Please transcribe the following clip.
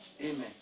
Amen